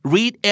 Read